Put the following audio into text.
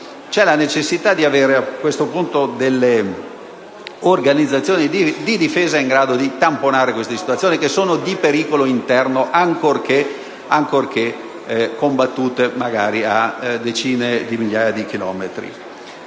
C'è la necessità di avere a questo punto organizzazioni di difesa in grado di tamponare queste situazioni, che sono di pericolo interno ancorché combattute magari a decine di migliaia di chilometri.